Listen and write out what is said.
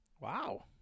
Wow